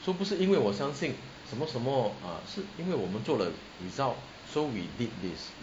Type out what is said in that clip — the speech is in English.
so 不是因为我相信什么什么 ah 是因为我们做了 result so we did this